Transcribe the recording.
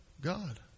God